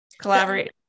collaborate